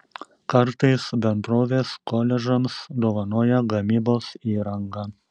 kartais bendrovės koledžams dovanoja gamybos įrangą